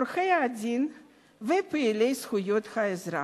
עורכי-דין ופעילי זכויות האזרח.